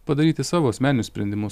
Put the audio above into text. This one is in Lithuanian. padaryti savo asmeninius sprendimus